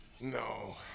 No